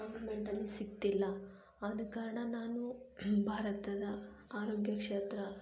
ಗೌರ್ಮೆಂಟಲ್ಲಿ ಸಿಗ್ತಿಲ್ಲ ಆದ ಕಾರಣ ನಾನು ಭಾರತದ ಆರೋಗ್ಯ ಕ್ಷೇತ್ರ